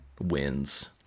wins